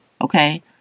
Okay